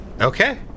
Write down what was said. Okay